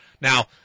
Now